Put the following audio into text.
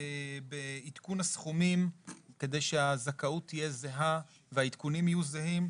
עוסק בעדכון הסכומים כדי שהזכאות תהיה זהה והעדכונים יהיו זהים,